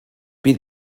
bydd